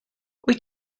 wyt